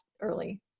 early